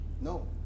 No